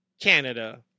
Canada